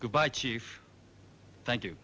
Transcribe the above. good by chief thank you